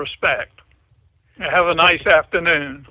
respect i have a nice afternoon